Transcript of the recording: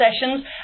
sessions